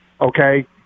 okay